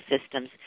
systems